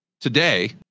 today